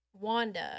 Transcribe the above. Wanda